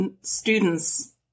students